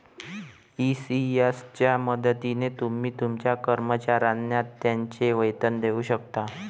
ECS च्या मदतीने तुम्ही तुमच्या कर्मचाऱ्यांना त्यांचे वेतन देऊ शकता